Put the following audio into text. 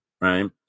right